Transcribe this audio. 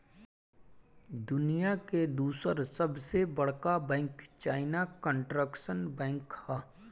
दुनिया के दूसर सबसे बड़का बैंक चाइना कंस्ट्रक्शन बैंक ह